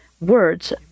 words